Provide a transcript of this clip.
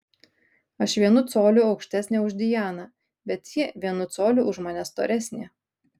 aš vienu coliu aukštesnė už dianą bet ji vienu coliu už mane storesnė